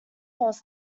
false